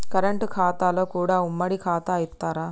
Current ఖాతాలో కూడా ఉమ్మడి ఖాతా ఇత్తరా?